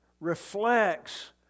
reflects